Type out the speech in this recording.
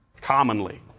commonly